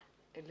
עד